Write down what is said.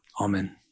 Amen